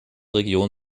region